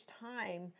time